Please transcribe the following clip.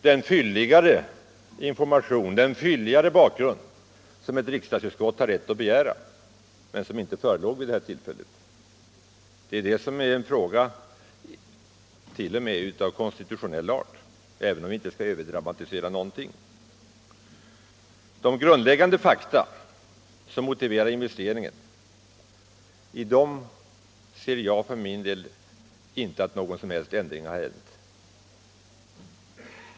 Den fylliga bakgrund som ett riksdagsutskott har rätt att begära förelåg inte vid utskottsbehandlingen, och därför har frågan t.o.m. konstitutionella dimensioner, även om vi inte skall överdramatisera någonting. Jag kan för min del inte se att någon som helst ändring har skett i de grundläggande fakta som motiverar investeringen.